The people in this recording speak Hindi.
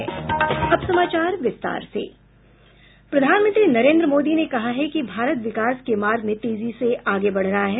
प्रधानमंत्री नरेंद्र मोदी ने कहा है कि भारत विकास के मार्ग में तेजी से आगे बढ़ रहा है